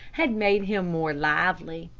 had made him more lively.